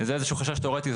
זה חשש תיאורטי.